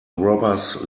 robbers